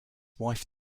wife